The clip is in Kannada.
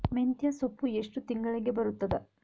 ಮೆಂತ್ಯ ಸೊಪ್ಪು ಎಷ್ಟು ತಿಂಗಳಿಗೆ ಬರುತ್ತದ?